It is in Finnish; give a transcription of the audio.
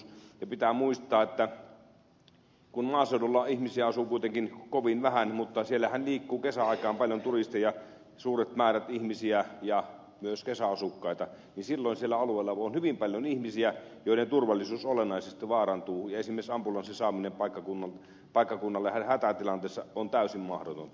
ja pitää muistaa että vaikka maaseudulla ihmisiä asuukin kovin vähän niin siellä liikkuu kesäaikaan paljon turisteja suuret määrät ihmisiä myös kesäasukkaita ja silloin sillä alueella on hyvin paljon ihmisiä joiden turvallisuus olennaisesti vaarantuu ja esimerkiksi ambulanssin saaminen paikkakunnalle hätätilanteessa on täysin mahdotonta